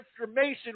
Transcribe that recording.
information